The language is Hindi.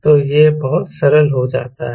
तो यह बहुत सरल हो जाता है